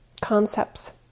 concepts